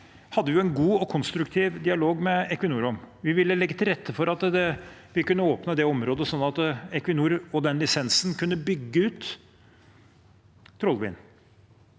hadde vi en god og konstruktiv dialog med Equinor om. Vi ville legge til rette for at vi kunne åpne det området, sånn at Equinor og den lisensen kunne bygge ut Trollvind,